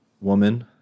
woman